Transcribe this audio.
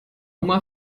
oma